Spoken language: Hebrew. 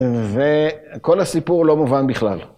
‫וכל הסיפור לא מובן בכלל.